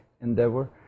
endeavor